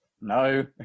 No